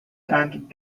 and